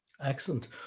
Excellent